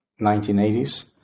1980s